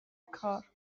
کار